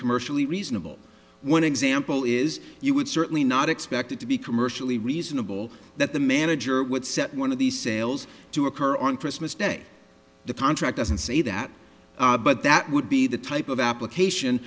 commercially reasonable one example is you would certainly not expected to be commercially reasonable that the manager would set one of these sales to occur on christmas day the contract doesn't say that but that would be the type of application